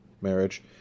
marriage